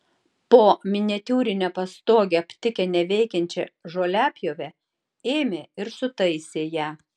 po miniatiūrine pastoge aptikę neveikiančią žoliapjovę ėmė ir sutaisė ją